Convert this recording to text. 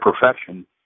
perfection